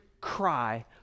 cry